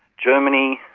germany,